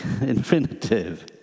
infinitive